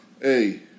Hey